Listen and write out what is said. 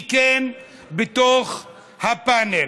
ומי כן בתוך הפאנל?